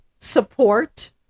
support